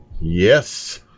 Yes